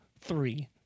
three